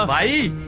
um a